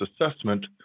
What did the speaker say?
assessment